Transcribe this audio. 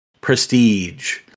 prestige